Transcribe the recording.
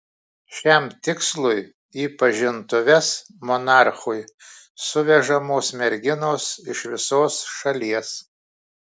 šiam tikslui į pažintuves monarchui suvežamos merginos iš visos šalies